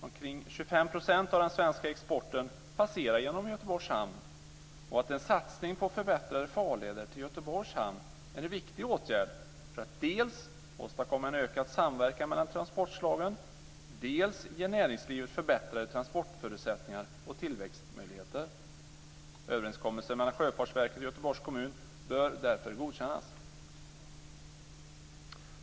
Omkring 25 % av den svenska exporten passerar genom Göteborgs hamn, och en satsning på förbättrade farleder till Göteborgs hamn är en viktig åtgärd för att dels åstadkomma en ökad samverkan mellan transportslagen, dels ge näringslivet förbättrade transportförutsättningar och tillväxtmöjligheter. Göteborgs kommun bör därför godkännas.